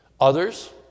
Others